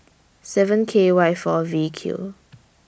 seven K Y four V Q